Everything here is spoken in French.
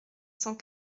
cent